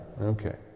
Okay